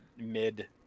mid